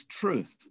truth